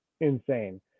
insane